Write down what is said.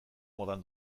modan